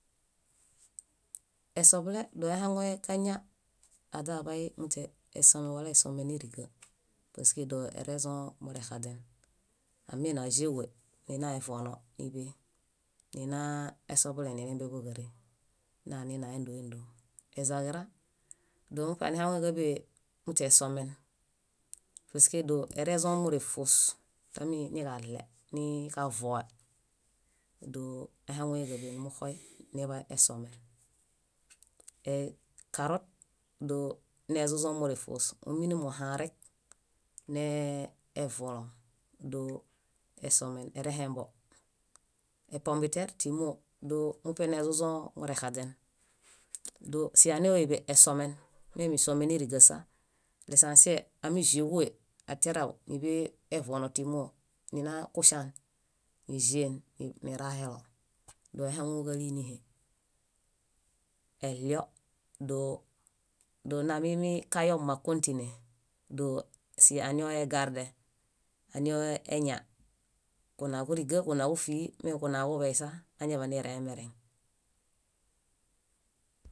Esobele dóo aihaŋue kaña aźaḃay muśe esomen wala isome íriga paske dóo erezõ morexaźen. Ámiñaĵeġue, nina evono níḃe nina esobelee níḃe bóġaree nanina éndoo éndoo. Ezaġira dóo muṗe áihaŋuġaḃee muśe esomen paske dóo erezõ mórefos taminiġaɭe niġavoe, dóo áihaŋueġaḃe numuxoy neḃa esomen. Ekarot dóo nezozõ mórefos. Ominimuhãrek nevulõ. Dóo esomen erehembo. Epombiter tímoo, dóo muṗe nezozõ mórexaźen. Dósinoeḃe esomen mem isomen írigasa. Lesãsie ámiĵeġue atiarau níḃe evono tímo nina kuŝan niĵien nirahelo. Dóo ahaŋu kálinie. Eɭio dóo namimi kayo mma kõtine dóo sianoegarde, anoeeña kúnaġufiġi mem kúnaġuḃey sa añaḃanirẽemereŋ.